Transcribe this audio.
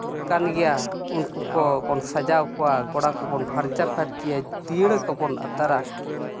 ᱠᱟᱱ ᱜᱮᱭᱟ ᱩᱱᱠᱩ ᱠᱚᱵᱚᱱ ᱥᱟᱡᱟᱣ ᱠᱚᱣᱟ ᱜᱳᱲᱟ ᱠᱚᱵᱚᱱ ᱯᱷᱟᱨᱪᱟ ᱯᱷᱟᱹᱨᱪᱤᱭᱟ ᱫᱤᱭᱟᱹᱲᱟ ᱠᱚᱵᱚᱱ ᱟᱛᱟᱨᱟ